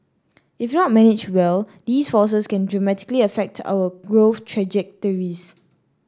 if not managed well these forces can dramatically affect our growth trajectories